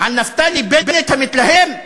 על נפתלי בנט המתלהם,